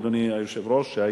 אדוני היושב-ראש,